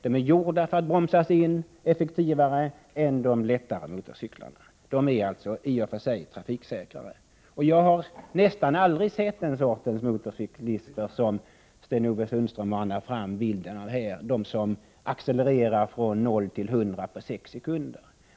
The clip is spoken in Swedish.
De är gjorda för att bromsas in effektivare än de lätta motorcyklarna. De är alltså i och för sig trafiksäkrare. Jag har nästan aldrig sett den sortens motorcyklist som Sten-Ove Sundström manar fram bilden av här, den som accelererar 0-100 km/tim. på sex sekunder.